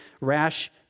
rash